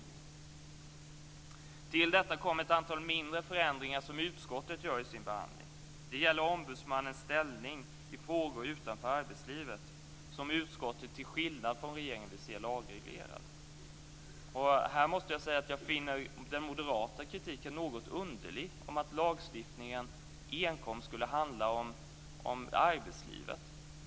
Till detta kommer ett antal mindre förändringar som utskottet gör i sin behandling. Det gäller ombudsmannens ställning i frågor utanför arbetslivet som utskottet, till skillnad från regeringen, vill se lagreglerad. Här finner jag den moderata kritiken något underlig. Man säger att lagstiftningen enkom skulle handla om arbetslivet.